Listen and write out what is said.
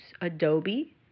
Adobe